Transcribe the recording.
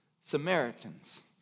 Samaritans